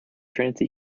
trinity